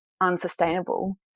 unsustainable